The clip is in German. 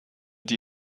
die